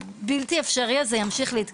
בעיקר כי לא ברור למה זה בכלל ממשיך להתקיים.